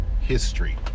history